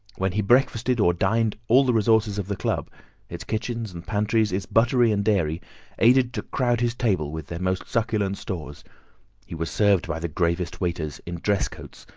when he breakfasted or dined all the resources of the club its kitchens and pantries, its buttery and dairy aided to crowd his table with their most succulent stores he was served by the gravest waiters, in dress coats,